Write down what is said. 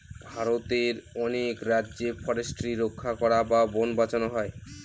ভারতের অনেক রাজ্যে ফরেস্ট্রি রক্ষা করা বা বোন বাঁচানো হয়